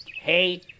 Hey